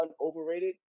overrated